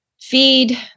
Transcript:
feed